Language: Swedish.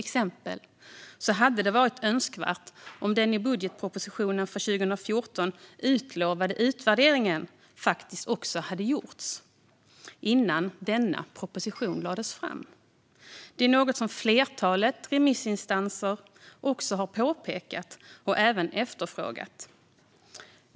Det hade exempelvis varit önskvärt att den i budgetpropositionen för 2014 utlovade utvärderingen faktiskt hade gjorts innan denna proposition lades fram. Det är något som flertalet remissinstanser också har påpekat och även efterfrågat.